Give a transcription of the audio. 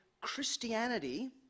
Christianity